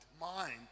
mind